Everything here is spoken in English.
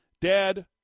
dad